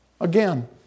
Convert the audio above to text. Again